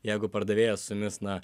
jeigu pardavėjas su jumis na